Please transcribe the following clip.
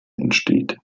entsteht